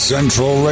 Central